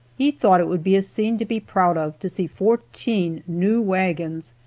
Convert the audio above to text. he thought it would be a scene to be proud of to see fourteen new wagons,